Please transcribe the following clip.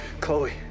Chloe